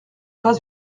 pas